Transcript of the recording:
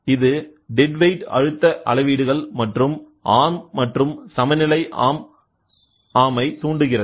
இது dead weight அழுத்த அளவீடுகள் மற்றும் ஆர்ம் மற்றும் சமநிலை ஆர்ம் தூண்டுகிறது